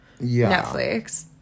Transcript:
Netflix